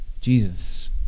Jesus